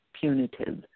punitive